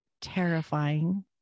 terrifying